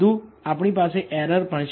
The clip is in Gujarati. વધુ આપણી પાસે એરર પણ છે